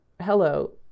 Hello